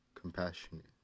compassionate